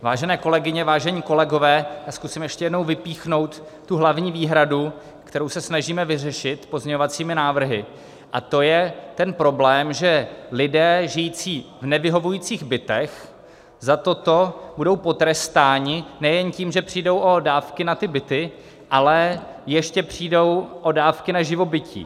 Vážené kolegyně, vážení kolegové, zkusím ještě jednou vypíchnout hlavní výhradu, kterou se snažíme vyřešit pozměňovacími návrh, a to je problém, že lidé žijící v nevyhovujících bytech za toto budou potrestáni nejen tím, že přijdou o dávky na ty byty, ale ještě přijdou o dávky na živobytí.